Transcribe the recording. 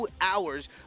Hours